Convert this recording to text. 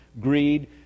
greed